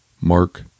Mark